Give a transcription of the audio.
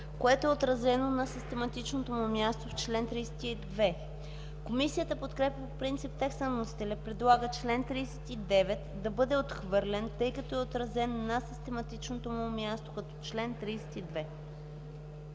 което е отразено на систематичното му място в чл. 34. Комисията подкрепя по принцип текста на вносителя и предлага чл. 41 да бъде отхвърлен, тъй като е отразен на систематичното му място като чл. 34.